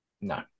No